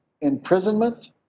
imprisonment